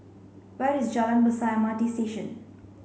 where is Jalan Besar M R T Station